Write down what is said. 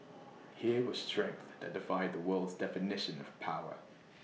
here was strength that defied the world's definition of power